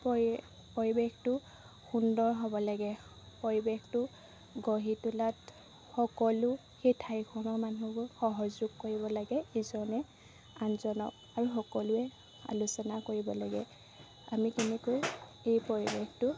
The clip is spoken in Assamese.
পৰিৱেশটো সুন্দৰ হ'ব লাগে পৰিৱেশটো গঢ়ি তোলাত সকলো সেই ঠাইখনৰ মানুহবোৰ সহযোগ কৰিব লাগে ইজনে আনজনক আৰু সকলোৱে আলোচনা কৰিব লাগে আমি কেনেকৈ এই পৰিৱেশটো